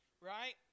right